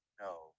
No